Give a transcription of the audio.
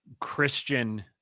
Christian